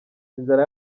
inzara